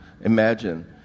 imagine